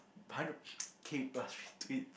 hundred K plus retweet